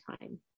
time